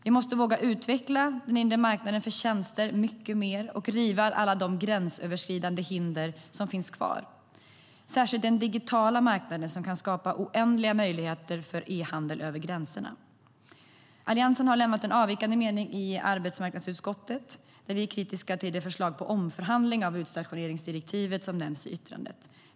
Vi måste våga utveckla den inre marknaden för tjänster mycket mer och riva alla gränsöverskridande hinder som finns kvar. Det gäller särskilt den digitala marknaden, som kan skapa oändliga möjligheter för e-handel över gränserna. Alliansen har lämnat avvikande mening i arbetsmarknadsutskottet, där vi är kritiska till det förslag till omförhandling av utstationeringsdirektivet som nämns i yttrandet.